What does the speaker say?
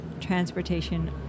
transportation